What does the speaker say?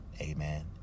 Amen